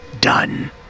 Done